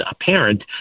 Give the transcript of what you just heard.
apparent